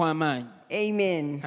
Amen